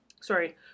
sorry